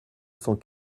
cent